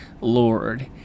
lord